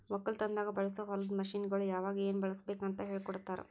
ಒಕ್ಕಲತನದಾಗ್ ಬಳಸೋ ಹೊಲದ ಮಷೀನ್ಗೊಳ್ ಯಾವಾಗ್ ಏನ್ ಬಳುಸಬೇಕ್ ಅಂತ್ ಹೇಳ್ಕೋಡ್ತಾರ್